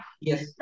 Yes